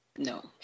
No